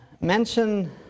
mention